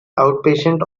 outpatient